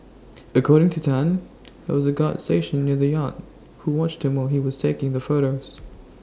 according to Tan there was A guard stationed near the yacht who watched him while he was taking the photos